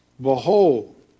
Behold